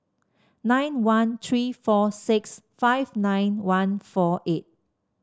nine one three four six five nine one four eight